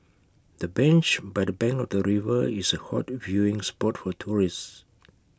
the bench by the bank of the river is A hot viewing spot for tourists